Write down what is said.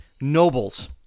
nobles